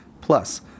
plus